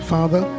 Father